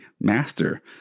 master